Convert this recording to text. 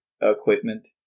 equipment